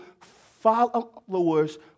followers